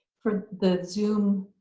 for the zoom